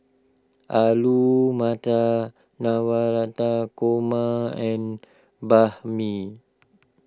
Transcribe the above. Alu Matar Navratan Korma and Banh Mi